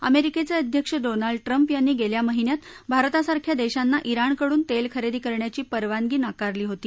अमेरीकेचे अध्यक्ष Donald Trump यांनी गेल्या महिन्यात भारतासारख्या देशांना ित्राणकडून तेल खरेदी करण्याची परवानगी नाकारली होती